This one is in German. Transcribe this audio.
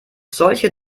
solche